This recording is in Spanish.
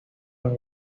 los